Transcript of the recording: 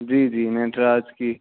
جی جی نٹراج کی